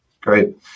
Great